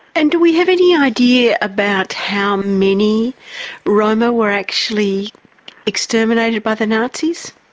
and do we have any idea about how many roma were actually exterminated by the nazis?